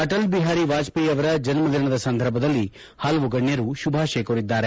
ಅಟಲ್ ಬಿಹಾರ್ ವಾಜಪೇಯಿ ಅವರ ಜನ್ಮ ದಿನದ ಸಂದರ್ಭದಲ್ಲಿ ಹಲವು ಗಣ್ಯರು ಶುಭಾಶಯ ಕೋರಿದ್ದಾರೆ